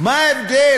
מה ההבדל?